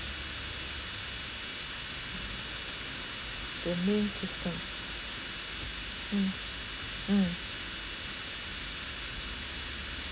the new system mm mm